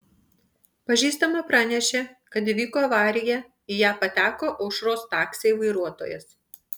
pažįstama pranešė kad įvyko avarija į ją pateko aušros taksiai vairuotojas